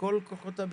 כל כוחות הביטחון.